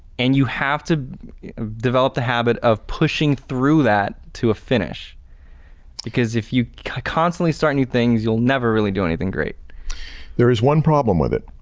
and you have to develop the habit of pushing through that to a finish because if you constantly start new things, you'll never really do anything great. marshall there is one problem with it.